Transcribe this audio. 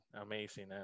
Amazing